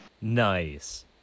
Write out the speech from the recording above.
Nice